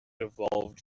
evolved